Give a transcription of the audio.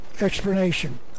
explanation